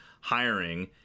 hiring